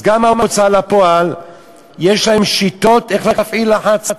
אז גם ההוצאה לפועל יש לה שיטות איך להפעיל לחץ,